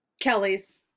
Kelly's